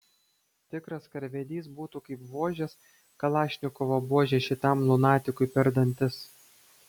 tikras karvedys būtų kaip vožęs kalašnikovo buože šitam lunatikui per dantis